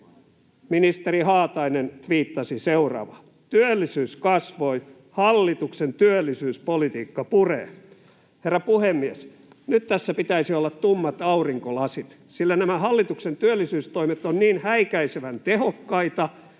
ministeri Haatainen tviittasi seuraavaa: ”Työllisyys kasvoi. Hallituksen työllisyyspolitiikka puree.” Herra puhemies! Tässä pitäisi olla tummat aurinkolasit, sillä nämä hallituksen työllisyystoimet ovat niin häikäisevän tehokkaita,